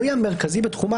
הסמ"סים,